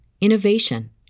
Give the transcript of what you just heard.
innovation